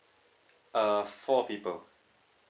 uh four people